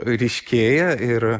ryškėja ir